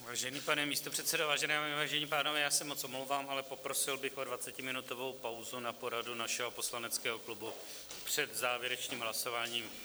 Vážený pane místopředsedo, vážené dámy, vážení pánové, já se moc omlouvám, ale poprosil bych o dvacetiminutovou pauzu na poradu našeho poslaneckého klubu před závěrečným hlasováním.